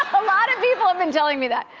a lot of people have been telling me that.